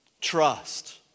trust